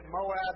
Moab